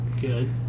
Good